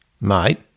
Mate